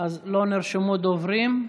לא נרשמו דוברים,